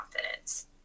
confidence